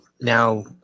now